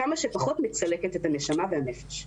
כמה שפחות תצלק את הנשמה והנפש.